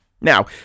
Now